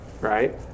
right